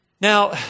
Now